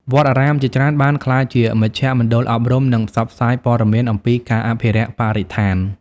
វត្តអារាមជាច្រើនបានក្លាយជាមជ្ឈមណ្ឌលអប់រំ និងផ្សព្វផ្សាយព័ត៌មានអំពីការអភិរក្សបរិស្ថាន។